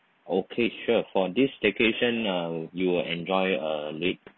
okay sure for this staycation uh you will enjoy a late